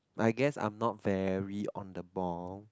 I guess I'm not very on the ball